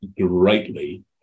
greatly